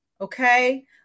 Okay